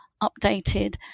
updated